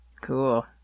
Cool